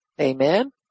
Amen